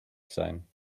sein